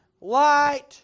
light